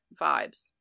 vibes